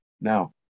Now